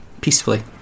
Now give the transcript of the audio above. peacefully